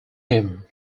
him